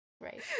Right